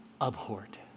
abhorred